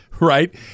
right